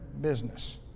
business